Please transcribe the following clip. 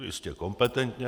Jistě kompetentně.